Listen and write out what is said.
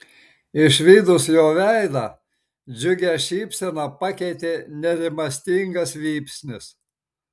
išvydus jo veidą džiugią šypseną pakeitė nerimastingas vypsnis